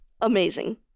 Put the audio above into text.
amazing